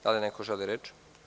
Da li neko želi reč?